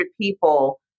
people